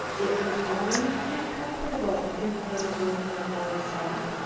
it was warm and comfortable in the little room where muller sat.